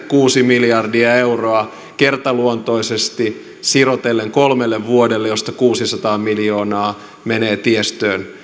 kuusi miljardia euroa kertaluontoisesti sirotellen kolmelle vuodelle ja näistä kuusisataa miljoonaa menee tiestöön